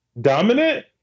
dominant